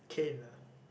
cane lah